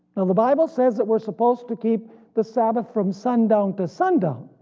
and the bible says that we're supposed to keep the sabbath from sundown to sundown,